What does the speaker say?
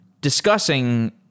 discussing